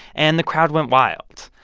and the crowd went wild.